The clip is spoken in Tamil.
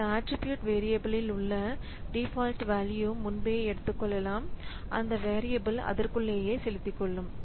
இந்த ஆட்ரிபியூட் வேரியபில் உள்ள டிஃபால்ட் வேல்யூ முன்பே எடுத்துக்கொள்ளலாம் அந்த வேரியபில் அதற்குள்ளே செலுத்திக் கொள்ளும்